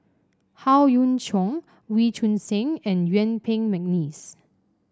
Howe Yoon Chong Wee Choon Seng and Yuen Peng McNeice